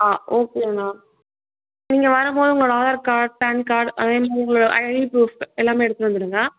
ஆ okay ma'am நீங்கள் வரும் போது உங்களோடய ஆதார் கார்ட் பேன் கார்ட் அதையும் உங்களோட ஐடி ப்ரூஃப் எல்லாமே எடுத்துட்டு வந்துவிடுங்க